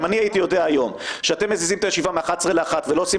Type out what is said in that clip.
אם הייתי יודע היום שאתם מזיזים את הישיבה מ-11:00 ל-13:00 ולא עושים